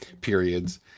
periods